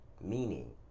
meaning